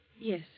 Yes